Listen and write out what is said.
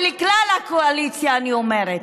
ולכלל הקואליציה אני אומרת: